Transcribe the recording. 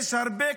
יש הרבה כנסיות.